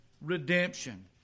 redemption